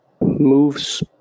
moves